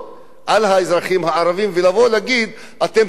על האזרחים הערבים, ולהגיד, אתם תתרמו.